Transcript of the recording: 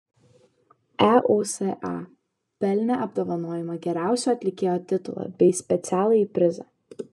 eusa pelnė apdovanojimą geriausio atlikėjo titulą bei specialųjį prizą